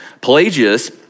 Pelagius